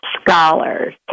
scholars